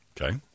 Okay